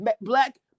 black